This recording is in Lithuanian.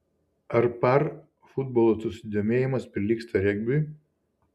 ar par futbolo susidomėjimas prilygsta regbiui